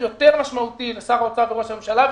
יותר משמעותי לשר האוצר ולראש הממשלה,